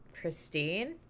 Christine